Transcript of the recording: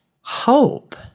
hope